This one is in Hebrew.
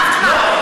מתוך 15,000. לא.